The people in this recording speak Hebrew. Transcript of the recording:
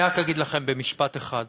אני רק אגיד לכם במשפט אחד: